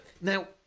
Now